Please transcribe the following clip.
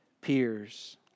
peers